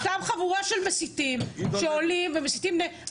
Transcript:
אותה חבורה של מסיתים שעולים ומסיתים נגד,